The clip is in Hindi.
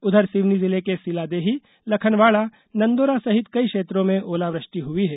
उधर सिवनी जिले के सिलादेही लखनवाड़ा नंदोरा सहित कई क्षेत्रों में ओलावृष्टि हुई है